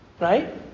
Right